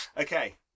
okay